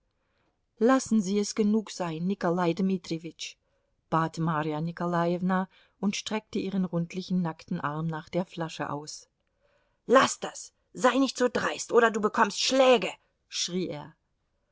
lassen sie es genug sein nikolai dmitrijewitsch bat marja nikolajewna und streckte ihren rundlichen nackten arm nach der flasche aus laß das sei nicht so dreist oder du bekommst schläge schrie er